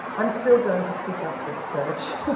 i'm still going to keep up this search,